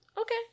Okay